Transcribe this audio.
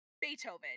Beethoven